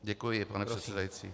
Děkuji, pane předsedající.